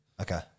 Okay